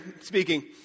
speaking